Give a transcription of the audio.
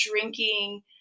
drinking